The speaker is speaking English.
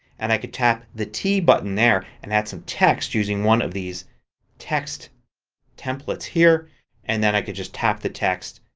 and i can tap the t button there and add some text using one of these text templates here and then i could just tap the text,